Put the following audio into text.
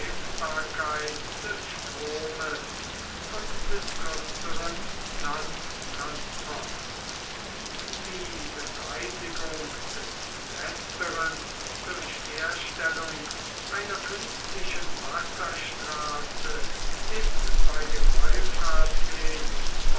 des stromes und des kürzeren landtransports die beseitigung des letzteren durch herstellung einer künstlichen wasserstraße ist bei dem